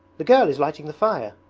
the girl is lighting the fire.